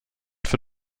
für